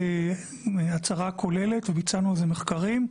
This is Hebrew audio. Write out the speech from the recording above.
כהצהרה כוללת וביצענו על זה מחקרים,